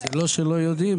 זה לא שלא יודעים,